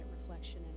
reflection